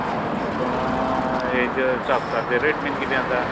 हय पूण हेजे शॉक्साचे रेट बीन किदें आसा